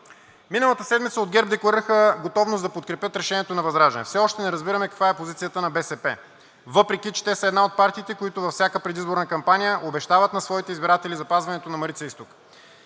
Миналата седмица от ГЕРБ декларираха готовност да подкрепят решението на ВЪЗРАЖДАНЕ. Все още не разбираме каква е позицията на БСП, въпреки че те са една от партиите, които във всяка предизборна кампания обещават на своите избиратели, запазването на „Марица изток“.